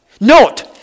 Note